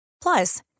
Plus